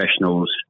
professionals